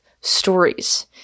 stories